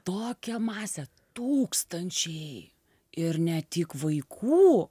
tokia masė tūkstančiai ir ne tik vaikų